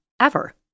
Ever